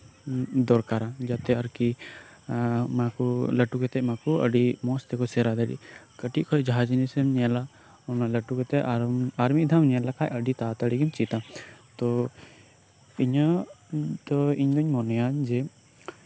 ᱫᱚᱨᱠᱟᱨ ᱡᱟᱛᱮ ᱟᱨᱠᱤ ᱚᱱᱟ ᱠᱚ ᱞᱟᱹᱴᱩ ᱠᱟᱛᱮᱫ ᱢᱟ ᱠᱚ ᱟᱹᱰᱤ ᱢᱚᱸᱡᱽ ᱛᱮᱠᱚ ᱥᱮᱬᱟ ᱫᱟᱲᱮᱭᱟᱜ ᱠᱟᱹᱴᱤᱡ ᱠᱷᱚᱱ ᱡᱟᱦᱟᱸ ᱡᱤᱱᱤᱥ ᱮᱢ ᱧᱮᱞᱟ ᱚᱱᱟ ᱞᱟᱹᱴᱩ ᱠᱟᱛᱮᱜ ᱟᱨᱦᱚᱸ ᱟᱨᱢᱤᱫ ᱫᱷᱟᱣ ᱮᱢ ᱧᱮᱞ ᱞᱮᱠᱷᱟᱱ ᱟᱹᱰᱤ ᱛᱟᱲᱟ ᱛᱟᱲᱤ ᱜᱮᱢ ᱪᱮᱫᱟ ᱛᱚ ᱤᱧᱟᱹᱜ ᱛᱚ ᱤᱧᱟᱜ ᱤᱧ ᱫᱩᱧ ᱢᱚᱱᱮᱭᱟ ᱡᱮ